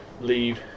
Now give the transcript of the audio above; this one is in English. leave